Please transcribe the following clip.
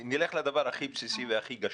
נלך לדבר הכי בסיסי והכי גשמי.